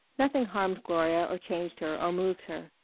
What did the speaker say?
nothing harmed gloria or changed her or moved her.